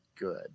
good